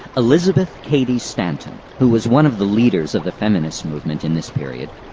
elizabeth cady stanton, who was one of the leaders of the feminist movement in this period,